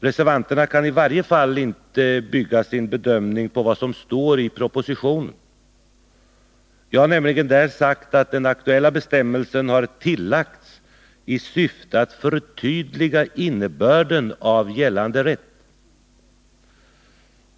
Reservanterna kan i varje fall inte bygga sin bedömning på vad som står i propositionen. Jag har nämligen där sagt att den aktuella bestämmelsen har tillagts i syfte att förtydliga innebörden av gällande rätt.